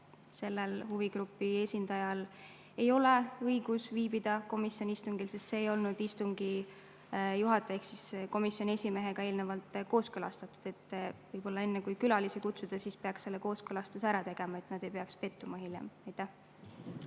sellel huvigrupi esindajal ei ole õigust viibida komisjoni istungil, sest see ei olnud istungi juhataja ehk komisjoni esimehega eelnevalt kooskõlastatud. Võib-olla enne, kui külalisi kutsuda, peaks selle kooskõlastuse ära tegema, et nad ei peaks hiljem